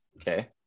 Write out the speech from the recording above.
Okay